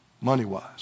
money-wise